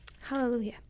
Hallelujah